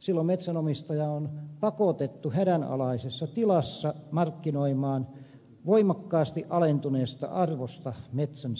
silloin metsänomistaja on pakotettu hädänalaisessa tilassa markkinoimaan voimakkaasti alentuneesta arvosta metsänsä